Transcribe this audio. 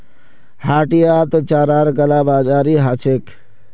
हटियात चारार कालाबाजारी ह छेक